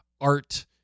art